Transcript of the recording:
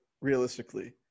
realistically